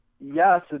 yes